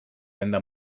venda